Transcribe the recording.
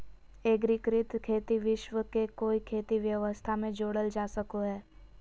एग्रिकृत खेती विश्व के कोई खेती व्यवस्था में जोड़ल जा सको हइ